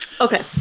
Okay